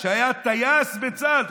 שהיה טייס בצה"ל,